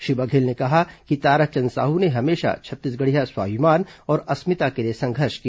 श्री बघेल ने कहा कि ताराचंद साहू ने हमेशा छत्तीसगढ़ियां स्वाभिमान और अस्मिता के लिए संघर्ष किया